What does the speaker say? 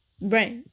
right